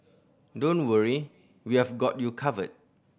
don't worry we have got you covered